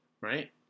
right